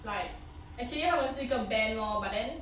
like actually 他们是一个 band lor but then